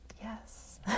yes